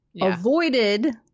avoided